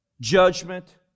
judgment